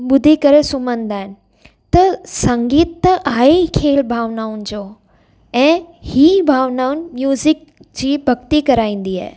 ॿुधी करे सुमंदा आहिनि त संगीत त आहे ई खेल भावनाउनि जो ऐं हीअ भावनाऊं म्यूज़िक जी भक्ती कराईंदी आहे